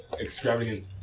extravagant